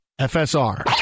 FSR